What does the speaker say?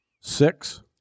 Six